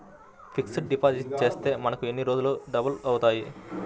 Fixed deposit చేస్తే మనకు ఎన్ని రోజులకు డబల్ అవుతాయి?